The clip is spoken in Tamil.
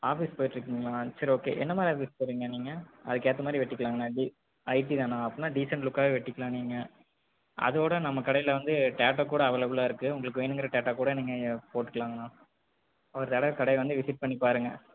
ஆபீஸ் போய்ட்டு இருக்கீங்களா சரி ஓகே என்ன மாதிரி ஆபீஸ் போறீங்க நீங்கள் அதுக்கேற்ற மாதிரி வெட்டிக்கலாம்ங்கண்ணா இது ஐடி தானே அப்படினா டீசென்ட் லுக்காகவே வெட்டிக்கலாம் நீங்கள் அதோட நம்மக் கடையில வந்து டேட்டா அவைலபிளா இருக்குது உங்களுக்கு வேணும்ங்கிற டேட்டா கூட நீங்கள் போட்டுக்கலாம் ஒரு தடவை கடைக்கு வந்து விசிட் பண்ணிப் பாருங்கள்